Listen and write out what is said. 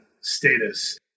status